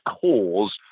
cause